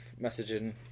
messaging